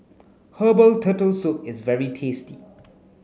herbal turtle soup is very tasty